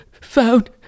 found